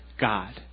God